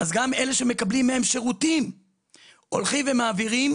אז גם אלה שמקבלים מהם שירותים הולכים ומעבירים